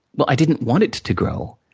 but i didn't want it to to grow,